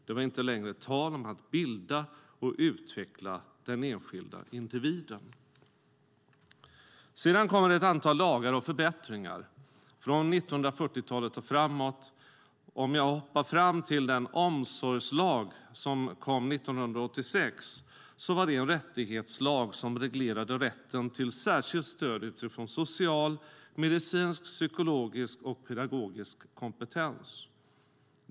Det var inte längre tal om att bilda och utveckla den enskilda individen. Från 1940-talet och framåt kommer det ett antal lagar och förbättringar. Jag hoppar fram till den omsorgslag som kom 1986. Det var en rättighetslag som reglerade rätten till särskilt stöd utifrån social, medicinsk, psykologisk och pedagogisk kompetens.